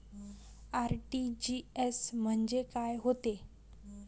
RTGS म्हंजे काय होते?